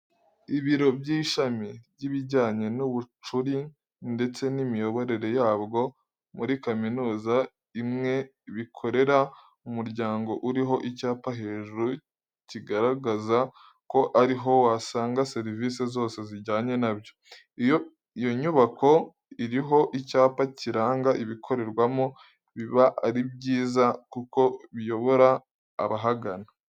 Ibiro by'ishami ry'ibijyanye n'ubucuri ndetse n'imiyoborere yabwo muri kaminza imwe bikorera mu muryango uriho icyapa hejuru kigaragaza ko ari ho wasanga serivise zose zijyanye na byo. Iyo inyubako iriho icyapa kiranga ibikorerwamo biba ari byiza kuko biyobora ababagana.